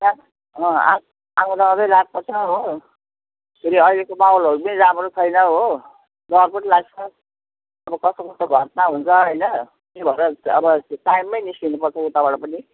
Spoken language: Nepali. त्यहाँ अँ आ आउँदा आउँदै रात पर्छ हो फेरि अहिलेको माहौलहरू पनि राम्रो छैन हो डर पनि लाग्छ अब कस्तो कस्तो घटना हुन्छ हैन त्यै भएर अब टाइममै निस्किनुपर्छ उताबाट पनि